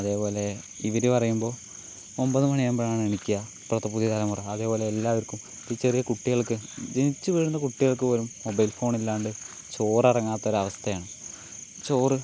അതേപോലെ ഇവർ പറയുമ്പോൾ ഒമ്പത് മണിയാകുമ്പോഴാണ് എണിക്കുക ഇപ്പോഴത്തെ പുതിയ തലമുറ അതേപോലെ എല്ലാവർക്കും ഇപ്പം ഈ ചെറിയ കുട്ടികൾക്ക് ജനിച്ച് വീഴുന്ന കുട്ടികൾക്ക് പോലും മൊബൈൽ ഫോൺ ഇല്ലാണ്ട് ചോറ് ഇറങ്ങാത്ത ഒരവസ്ഥയാണ് ചോറ്